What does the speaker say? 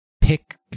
pick